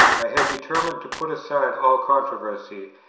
i had determined to put aside all controversy,